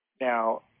Now